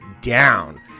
down